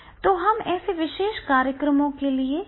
तो हम ऐसे विशेष कार्यक्रमों के लिए जा सकते हैं